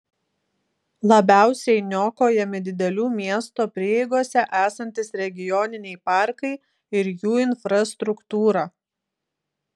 labiausiai niokojami didelių miesto prieigose esantys regioniniai parkai ir jų infrastruktūra